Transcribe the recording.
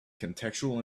contextual